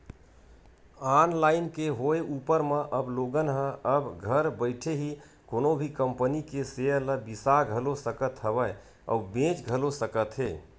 online के होय ऊपर म अब लोगन ह अब घर बइठे ही कोनो भी कंपनी के सेयर ल बिसा घलो सकत हवय अउ बेंच घलो सकत हे